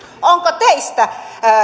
onko teistä